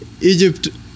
Egypt